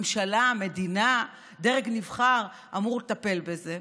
ממשלה, מדינה, דרג נבחר אמור לטפל בזה.